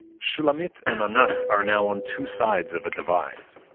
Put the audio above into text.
shulamit and anat are now on two sides of a divide.